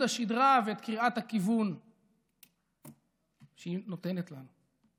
השדרה ואת קריאת הכיוון שהיא נותנת לו.